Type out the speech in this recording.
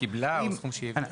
או לגבי הסכום שהיא העבירה?